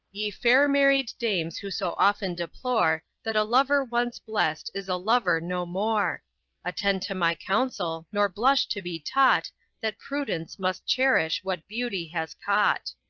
ye fair married dames who so often deplore that a lover once blest is a lover no more attend to my counsel, nor blush to be taught that prudence must cherish what beauty has caught.